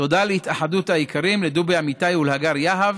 תודה להתאחדות האיכרים, לדובי אמיתי ולהגר יהב.